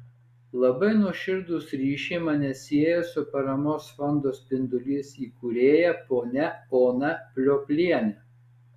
labai nuoširdūs ryšiai mane sieja su paramos fondo spindulys įkūrėja ponia ona pliopliene